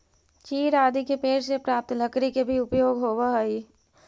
चीड़ आदि के पेड़ से प्राप्त लकड़ी के भी उपयोग होवऽ हई